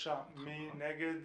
מי נגד?